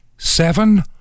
seven